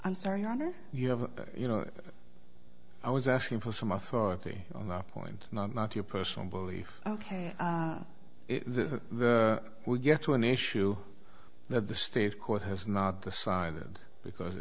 i'm sorry your honor you have you know i was asking for some authority on that point not not your personal belief ok we get to an issue that the state court has not the side because